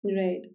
Right